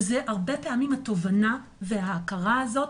הרבה פעמים התובנה וההכרה הזאת